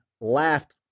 laughed